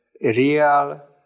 real